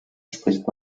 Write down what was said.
spricht